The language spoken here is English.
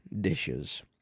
dishes